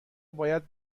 باید